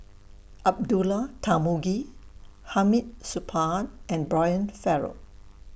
Abdullah Tarmugi Hamid Supaat and Brian Farrell